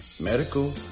medical